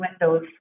windows